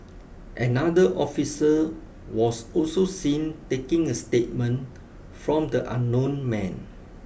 another officer was also seen taking a statement from the unknown man